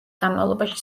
განმავლობაში